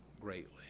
greatly